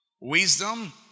Wisdom